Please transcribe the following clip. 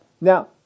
Now